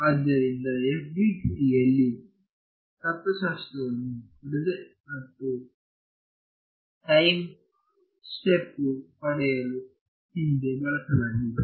ಆದ್ದರಿಂದ FDTDಯಲ್ಲಿನ ತತ್ವಶಾಸ್ತ್ರವನ್ನು ಪ್ರೆಸೆಂಟ್ ಮತ್ತು ಟೈಮ್ ಸ್ಟೆಪ್ಪು ಪಡೆಯಲು ಹಿಂದೆ ಬಳಸಲಾಗಿದೆ